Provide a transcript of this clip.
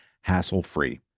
hassle-free